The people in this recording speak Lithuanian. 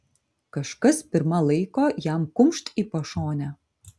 kažkas pirma laiko jam kumšt į pašonę